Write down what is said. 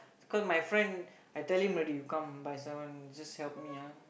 cause my friend when I tell you when you come by someone just help me ah